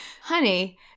honey